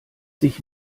dich